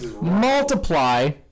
Multiply